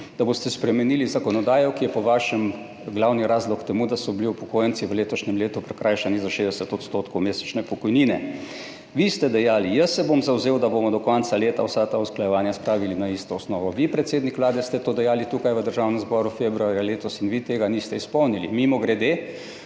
da boste spremenili zakonodajo, ki je po vašem glavni razlog za to, da so bili upokojenci v letošnjem letu prikrajšani za 60 % mesečne pokojnine. Vi ste dejali, jaz se bom zavzel, da bomo do konca leta vsa ta usklajevanja spravili na isto osnovo, vi, predsednik Vlade, ste to dejali tukaj v Državnem zboru februarja letos in vi tega niste izpolnili. Mimogrede,